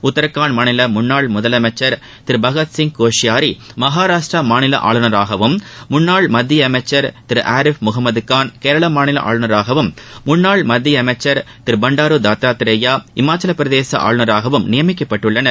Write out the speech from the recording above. உத்தரகாண்ட் மாநில முன்னாள் முதலமைச்சர் திரு பகத் சிங் கோஷ்யாரி மகாராஷட்ரா மாநில ஆளுநராகவும் முன்னாள் மத்திய அமைச்சர் திரு ஆரிஃப் முகமத்கான் கேரள மாநில ஆளுநராகவும் முன்னாள் மத்திய அமைச்சர் திரு பண்டாரு தத்தாத்ரேயா இமாச்சல பிரதேச ஆளுநராகவும் நியமிக்கப்பட்டுள்ளனர்